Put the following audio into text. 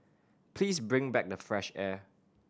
please bring back the fresh air